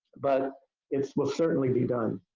but it will certainly be done.